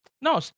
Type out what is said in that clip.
No